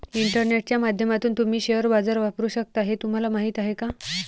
इंटरनेटच्या माध्यमातून तुम्ही शेअर बाजार वापरू शकता हे तुम्हाला माहीत आहे का?